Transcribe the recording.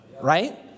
Right